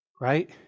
Right